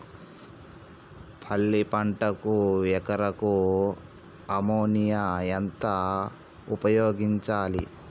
పల్లి పంటకు ఎకరాకు అమోనియా ఎంత ఉపయోగించాలి?